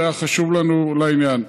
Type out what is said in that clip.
זה היה חשוב לנו לעניין,